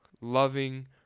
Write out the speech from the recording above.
loving